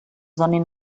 donin